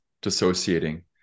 dissociating